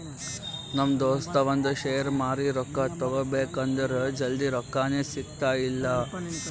ನಮ್ ದೋಸ್ತ ಅವಂದ್ ಶೇರ್ ಮಾರಿ ರೊಕ್ಕಾ ತಗೋಬೇಕ್ ಅಂದುರ್ ಜಲ್ದಿ ರೊಕ್ಕಾನೇ ಸಿಗ್ತಾಯಿಲ್ಲ